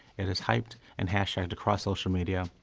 it is hyped, and hashtagged across social media.